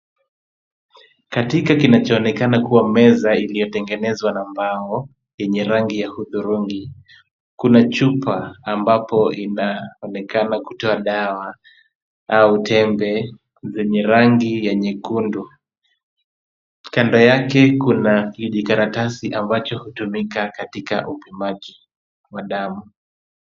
Katika kinachoonekana kuwa meza iliyotengenezwa na mbao yenye rangi ya hudhurungi, kuna chupa ambapo inaonekana kutoa dawa au tembe zenye rangi ya nyekundu. Kando yake kuna kijikaratasi ambacho hutumika katika upimaji wa damu.